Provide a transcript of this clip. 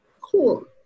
Cool